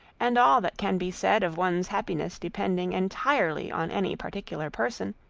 and all that can be said of one's happiness depending entirely on any particular person,